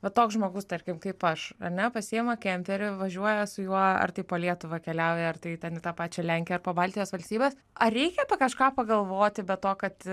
va toks žmogus tarkim kaip aš ar ne pasiima kemperį važiuoja su juo ar tai po lietuvą keliauja ar tai ten į tą pačią lenkiją ar po baltijos valstybes ar reikia kažką pagalvoti be to kad